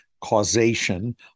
causation